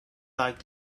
like